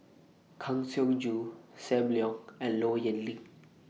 Kang Siong Joo SAM Leong and Low Yen Ling